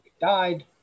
died